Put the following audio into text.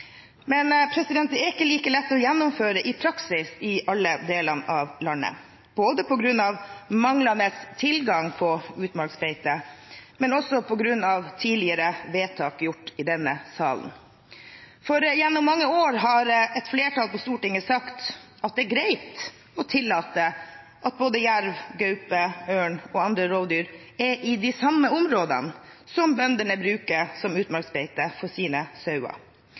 det er ikke like lett å gjennomføre i praksis i alle delene av landet, både på grunn av manglende tilgang på utmarksbeite og på grunn av tidligere vedtak gjort i denne salen. For gjennom mange år har et flertall på Stortinget sagt at det er greit å tillate at både jerv, gaupe, ørn og andre rovdyr er i de samme områdene som bøndene bruker som utmarksbeite for sine sauer.